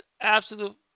absolute